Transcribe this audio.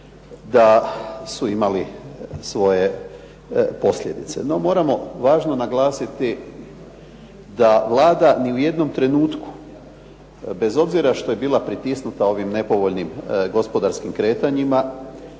da su imali svoje posljedice. No, moramo važno naglasiti da Vlada ni u jednom trenutku bez obzira što je bila pritisnuta ovim nepovoljnim gospodarskim kretanjima